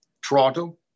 toronto